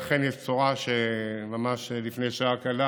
אכן יש בשורה שממש לפני שעה קלה